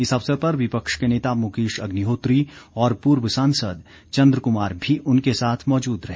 इस अवसर पर विपक्ष के नेता मुकेश अग्निहोत्री और पूर्व सांसद चन्द्र कुमार भी उनके साथ मौजूद रहे